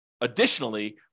additionally